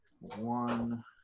one